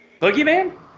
Boogeyman